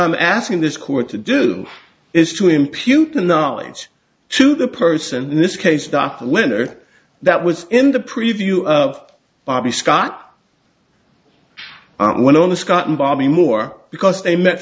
i'm asking this court to do is to impute the knowledge to the person in this case dark winter that was in the preview of bobby scott went on the scott and bobby moore because they met